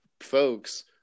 folks